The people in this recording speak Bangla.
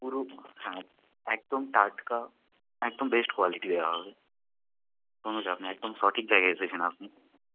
পুরো হ্যাঁ একদম টাটকা একদম বেস্ট কোয়ালিটি দেওয়া হবে কোনো চাপ নেই একদম সঠিক জায়গায় এসেছেন আপনি